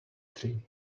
tree